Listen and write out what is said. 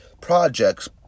projects